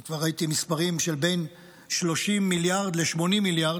אני כבר ראיתי מספרים שבין 30 מיליארד ל-80 מיליארד,